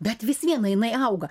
bet vis viena jinai auga